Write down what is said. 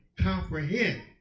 comprehend